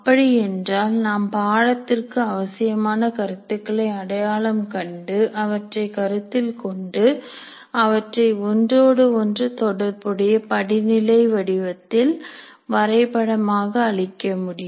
அப்படி என்றால் நாம் பாடத்திற்கு அவசியமான கருத்துக்களை அடையாளம் கண்டு அவற்றைக் கருத்தில் கொண்டு அவற்றை ஒன்றோடு ஒன்று தொடர்புடைய படிநிலை வடிவத்தில் வரைபடமாக அளிக்க வேண்டும்